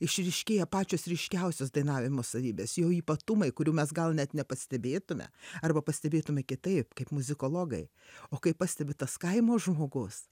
išryškėja pačios ryškiausios dainavimo savybės jo ypatumai kurių mes gal net nepastebėtume arba pastebėtumėme kitaip kaip muzikologai o kai pastebi tas kaimo žmogus